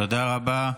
תודה רבה.